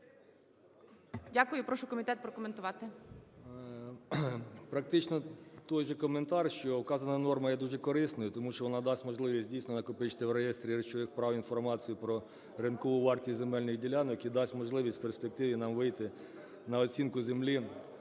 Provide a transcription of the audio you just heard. Практично той же коментар: що вказана норма є дуже корисною, тому що вона дасть можливість дійсно накопичити в реєстрі речових прав інформацію про ринкову вартість земельних ділянок і дасть можливість в перспективі нам вийти на оцінку землі